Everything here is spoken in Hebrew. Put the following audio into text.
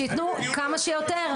אנחנו רוצים לוודא --- שיתנו כמה שיותר.